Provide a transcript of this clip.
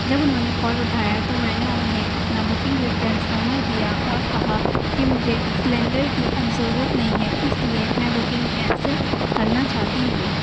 جب انہوں نے کال اٹھایا تو میں نے انہیں اپنا بکنگ ریفرینس نمبر دیا اور کہا کہ مجھےسلینڈر کی اب ضرورت نہیں ہے اس لیے میں بکنگ کینسل کرنا چاہتی ہوں